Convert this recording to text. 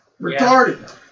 Retarded